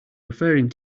referring